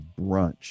brunch